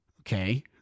okay